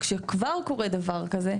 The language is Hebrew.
כשכבר קורה דבר כזה,